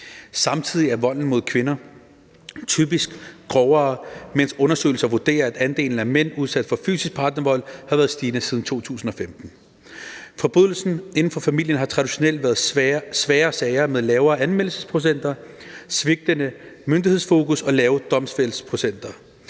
Samtidig er volden mod kvinder typisk grovere, mens undersøgelser vurderer, at andelen af mænd udsat for fysisk partnervold har været stigende siden 2015. Forbrydelser inden for familien har traditionelt været svære sager med lavere anmeldelsesprocenter, svigtende myndighedsfokus og lave domsfældelsesprocenter.